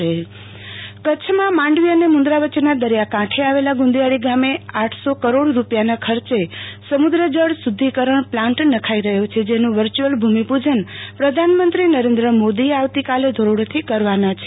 આરતી Bhatt Mandvi desalination plant કચ્છમાં માંડવી અને મુન્દ્રા વચ્ચેના દરિયાકાંઠે આવેલા ગુંદીયાળી ગમે આઠસો કરોડ રૂપિયા ના ખર્ચે સમુદ્ર જળ શુદ્ધિકરણ પ્લાન્ટ નંખાઈ રહ્યો છે જેનું વર્ચ્યુઅલ ભૂમિપૂજન પ્રધાનમંત્રી નરેન્દ્ર મોદી આવતીકાલે ધોરડોથી કરવાના છે